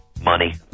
Money